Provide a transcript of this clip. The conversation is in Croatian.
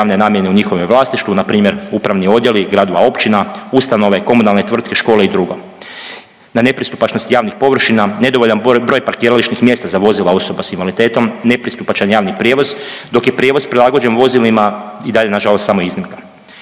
javne namjene u njihovome vlasništvu, npr. upravni odjeli gradova, općina, ustanove, komunalne tvrtke, škole i drugo. Na nepristupačnost javnih površina nedovoljan broj parkirališnih mjesta za vozila osoba s invaliditetom, nepristupačan javni prijevoz. Dok je prijevoz prilagođen vozilima i dalje na žalost samo iznimka.